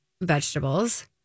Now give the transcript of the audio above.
vegetables